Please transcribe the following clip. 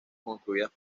construidas